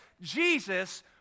Jesus